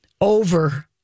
over